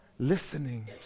listening